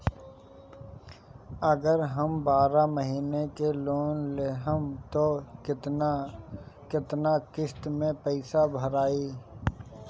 अगर हम बारह महिना के लोन लेहेम त केतना केतना किस्त मे पैसा भराई?